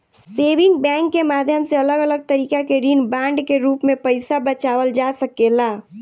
saving bank के माध्यम से अलग अलग तरीका के ऋण बांड के रूप में पईसा बचावल जा सकेला